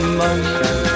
motion